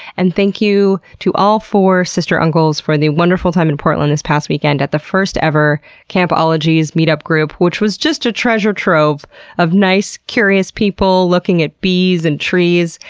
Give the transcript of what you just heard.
and thank you to all four sister-uncles for the wonderful time in portland this past weekend at the first ever camp ologies meetup group, which was just a treasure trove of nice, curious people looking at bees and trees.